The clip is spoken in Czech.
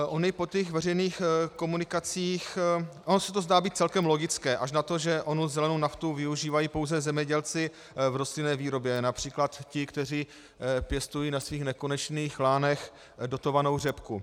Ony po těch veřejných komunikacích ono se to zdá být celkem logické, až na to, že onu zelenou naftu využívají pouze zemědělci v rostlinné výrobě, například ti, kteří pěstují na svých nekonečných lánech dotovanou řepku.